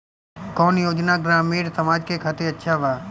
कौन योजना ग्रामीण समाज के खातिर अच्छा बा?